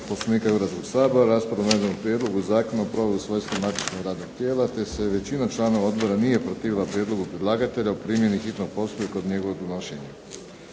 Poslovnika Hrvatskog sabora raspravio o prijedlogu zakona u svojstvu matičnog radnog tijela te se većina članova odbora nije protivila prijedlogu predlagatelja o primjeni hitnog postupka kod njegovog donošenja.